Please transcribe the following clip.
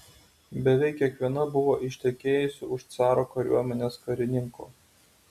beveik kiekviena buvo ištekėjusi už caro kariuomenės karininko